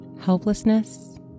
helplessness